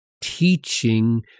teaching